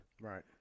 Right